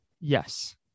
Yes